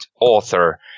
author